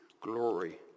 glory